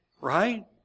Right